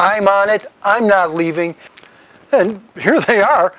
i'm on it i'm not leaving here they are